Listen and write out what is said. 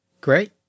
Great